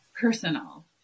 personal